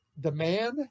demand